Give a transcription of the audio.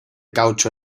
caucho